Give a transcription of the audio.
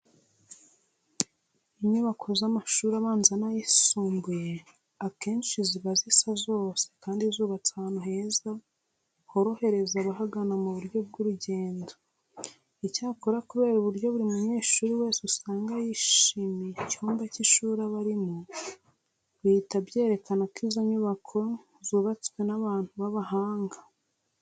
Inyubako z'amashuri abanza n'ayisumbuye akenshi ziba zisa zose kandi zubatse ahantu heza horohereza abahagana mu buryo bw'urugendo. Icyakora kubera uburyo buri munyeshuri wese usanga yishimiye icyumba cy'ishuri aba arimo, bihita byerekana ko izo nyubako zubatswe n'abantu b'abahanga.